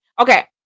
Okay